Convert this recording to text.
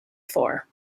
for